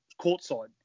courtside